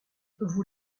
vous